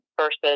versus